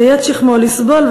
ויט שכמו לסבֹל,